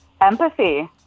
Empathy